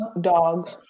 dogs